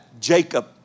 Jacob